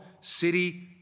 City